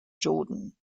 jordan